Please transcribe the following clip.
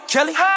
Kelly